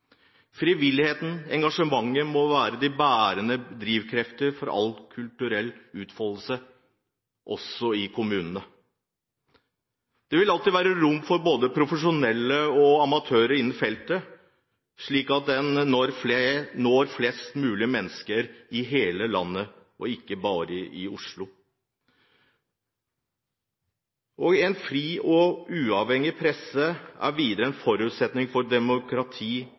Frivilligheten og engasjementet må være de bærende drivkrefter for all kulturell utfoldelse, også i kommunene. Det vil alltid være rom for både profesjonelle og amatører innen feltet, slik at kulturen når flest mulig mennesker i hele landet, og ikke bare i Oslo. En fri og uavhengig presse er videre en forutsetning for